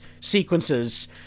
sequences